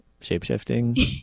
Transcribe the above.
Shapeshifting